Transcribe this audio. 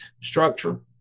structure